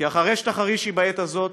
כי אם החרש תחרישי בעת הזאת,